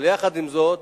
אבל יחד עם זאת,